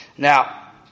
Now